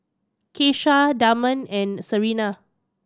Keesha Damond and Serena